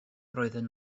roedden